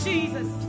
Jesus